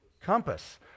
compass